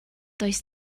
does